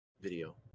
video